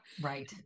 Right